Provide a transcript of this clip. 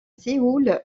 séoul